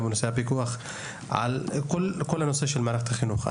גם נושא הפיקוח על כל הנושא של מערכת החינוך.